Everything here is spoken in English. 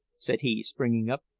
said he, springing up,